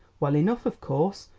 well enough, of course.